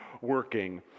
working